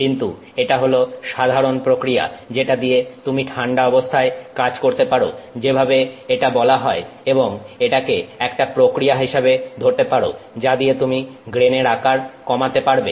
কিন্তু এটা হল সাধারণ প্রক্রিয়া যেটা দিয়ে তুমি ঠান্ডা অবস্থায় কাজ করতে পারো যেভাবে এটা বলা হয় এবং এটাকে একটা প্রক্রিয়া হিসাবে ধরতে পারো যা দিয়ে তুমি গ্রেনের আকার কমাতে পারবে